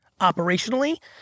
operationally